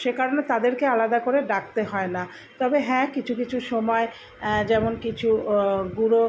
সে কারণে তাদেরকে আলাদা করে ডাকতে হয় না তবে হ্যাঁ কিছু কিছু সময় যেমন কিছু গুঁড়ো